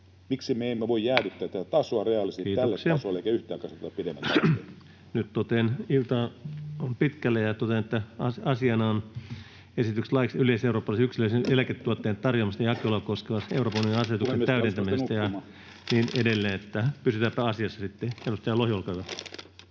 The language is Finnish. Miksi me emme voi jäädyttää tätä tasoa reaalisesti tälle tasolle, [Puhemies: Kiitoksia!] niin ettei yhtään kasvateta pidemmälle rahastoja? Ilta on pitkällä, ja totean, että asiana on esitys laiksi yleiseurooppalaisen yksilöllisen eläketuotteen tarjoamista ja jakelua koskevan Euroopan unionin asetuksen täydentämisestä ja niin edelleen, joten pysytäänpä asiassa sitten. — Edustaja Lohi, olkaa hyvä.